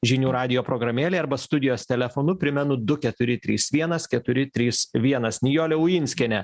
žinių radijo programėlė arba studijos telefonu primenu du keturi trys vienas keturi trys vienas nijolė ujinskienė